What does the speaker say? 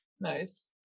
nice